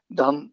dan